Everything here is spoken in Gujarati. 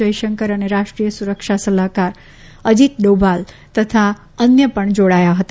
જયશંકર અને રાષ્ટ્રીય સુરક્ષા સલાહકાર અજીત દોભાલ તથા અન્ય પણ જોડાયા હતા